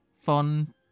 fun